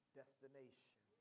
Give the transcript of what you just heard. destination